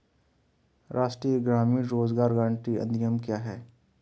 राष्ट्रीय ग्रामीण रोज़गार गारंटी अधिनियम क्या है?